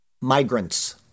Migrants